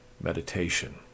meditation